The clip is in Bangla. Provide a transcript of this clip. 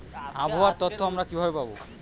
আবহাওয়ার তথ্য আমরা কিভাবে পাব?